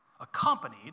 accompanied